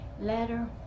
letter